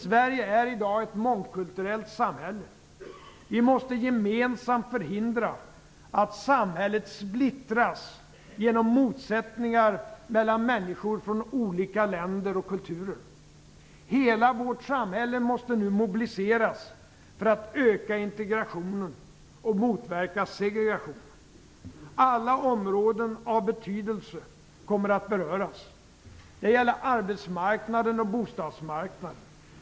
Sverige är i dag ett mångkulturellt samhälle. Vi måste gemensamt förhindra att samhället splittras genom motsättningar mellan människor från olika länder och kulturer. Hela vårt samhälle måste nu mobiliseras för att öka integrationen och motverka segregationen. Alla områden av betydelse kommer att beröras. Det gäller arbetsmarknaden och bostadsmarknaden.